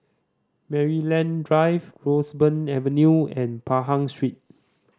Maryland Drive Roseburn Avenue and Pahang Street